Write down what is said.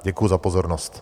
Děkuju za pozornost.